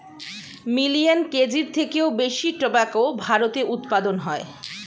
million কেজির থেকেও বেশি টোবাকো ভারতে উৎপাদন হয়